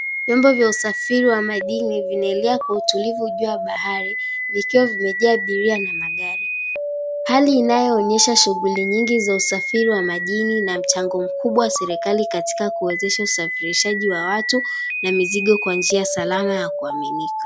Vyombo vya usafiri wa majini vinaelea kwa utulivu juu ya bahari vikiwa vimejaa abiria na magari. Hali inayoonyesha shughuli nyingi za usafiri wa majini na mchango mkubwa serikali katika kuwezesha usafirishaji wa watu na mizigo kwa njia salama ya kuaminika.